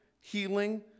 healing